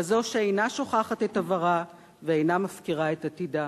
כזאת שאינה שוכחת את עברה ואינה מפקירה את עתידה.